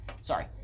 Sorry